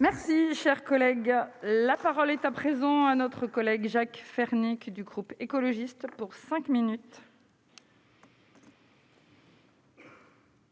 Merci, cher collègue à la parole est à présent à notre collègue Jacques Fernique du groupe écologiste pour 5 minutes.